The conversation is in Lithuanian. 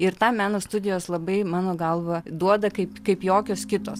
ir tą meno studijos labai mano galva duoda kaip kaip jokios kitos